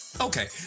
Okay